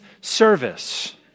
service